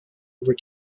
over